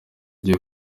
igiye